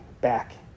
back